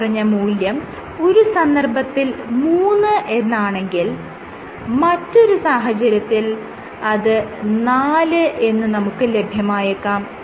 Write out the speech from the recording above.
മേല്പറഞ്ഞ മൂല്യം ഒരു സന്ദർഭത്തിൽ 3 എന്നാണെങ്കിൽ മറ്റൊരു സാഹചര്യത്തിൽ അത് 4 എന്ന് നമുക്ക് ലഭ്യമായേക്കാം